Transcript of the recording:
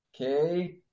Okay